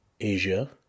Asia